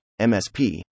MSP